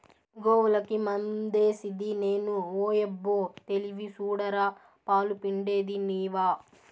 గోవులకి మందేసిది నేను ఓయబ్బో తెలివి సూడరా పాలు పిండేది నీవా